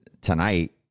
tonight